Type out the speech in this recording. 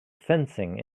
fencing